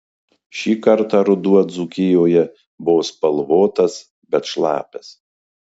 šį kartą ruduo dzūkijoje buvo spalvotas bet šlapias